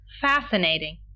Fascinating